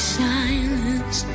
silence